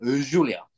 Julia